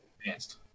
advanced